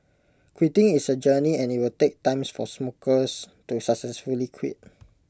quitting is A journey and IT will take times for smokers to successfully quit